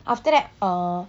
after that uh